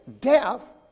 death